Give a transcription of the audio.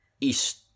East